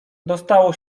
dostało